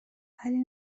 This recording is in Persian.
ولی